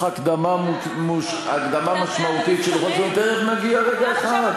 תוך הקדמה משמעותית, תכף נגיע, רגע אחד.